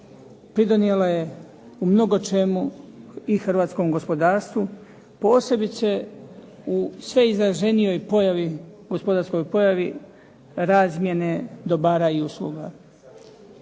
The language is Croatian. Pridonijela je u mnogo čemu i hrvatskom gospodarstvu posebice u sve izraženijoj pojavi, gospodarskoj pojavi razmjene dobara i usluga.